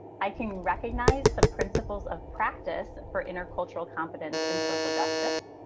i can recognize some principles of practice for intercultural competence and social justice.